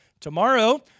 Tomorrow